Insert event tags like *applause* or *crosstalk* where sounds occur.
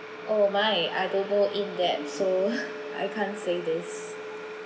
oh my I don't go in depth so *breath* I can't say this